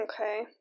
Okay